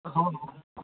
हो नं हो